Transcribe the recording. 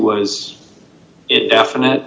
was it definite